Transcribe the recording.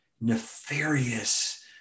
nefarious